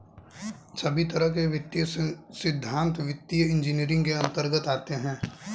सभी तरह के वित्तीय सिद्धान्त वित्तीय इन्जीनियरिंग के अन्तर्गत आते हैं